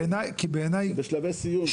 זה בשלבי סיום.